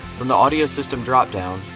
from the audio system dropdown,